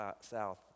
South